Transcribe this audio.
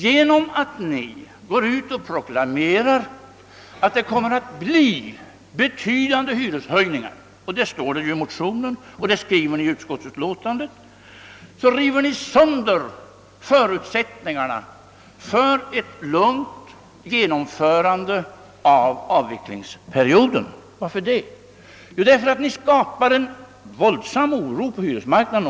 Genom att ni dessutom proklamerar att betydande hyreshöjningar kommer att uppstå — det skriver ni både i motionen och i utskottsutlåtandet — river ni sönder förutsättningar na för ett lugnt genomförande av avvecklingsperioden. Varför det? Jo, därför att ni skapar en våldsam oro på hyresmarknaden.